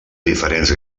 diferents